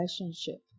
relationship